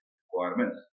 requirements